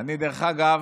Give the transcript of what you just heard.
דרך אגב,